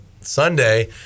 Sunday